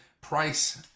price